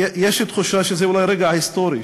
יש לי תחושה שזה אולי רגע היסטורי,